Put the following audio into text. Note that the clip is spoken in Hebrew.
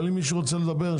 אבל אם מישהו רוצה לדבר,